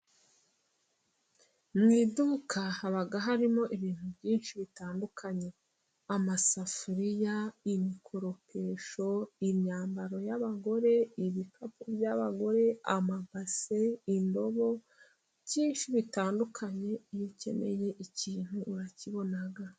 Mu iduka haba harimo ibintu byinshi bitandukanye: amasafuriya ,imikoropesho ,imyambaro y'abagore ,ibikapu by'abagore ,amabase, indobo byinshi bitandukanye ,iyo ukeneye ikintu urakibona.